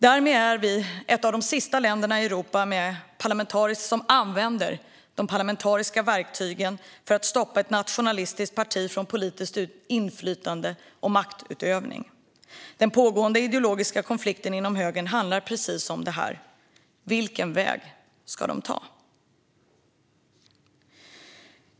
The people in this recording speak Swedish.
Därmed är vi ett av de sista länderna i Europa som använder de parlamentariska verktygen för att stoppa ett nationalistiskt parti från politiskt inflytande och maktutövning. Den pågående ideologiska konflikten inom högern handlar precis om det här: Vilken väg ska de ta?